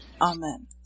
Amen